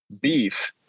beef